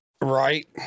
right